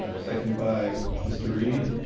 ah second by mr. reid.